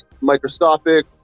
microscopic